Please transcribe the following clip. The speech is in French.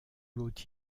haut